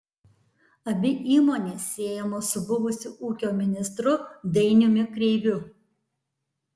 abi įmonės siejamos su buvusiu ūkio ministru dainiumi kreiviu